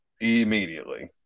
Immediately